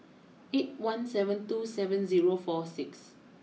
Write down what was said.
eight one seven two seven zero four six